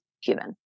human